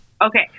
Okay